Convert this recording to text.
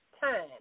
time